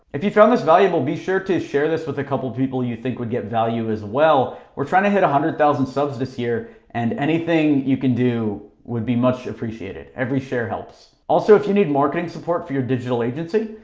if you found this valuable, be sure to share this with a couple people who you think would get value as well. we're trying to hit one hundred thousand subs this year and anything you can do would be much appreciated. every share helps. also, if you need marketing support for your digital agency,